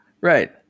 Right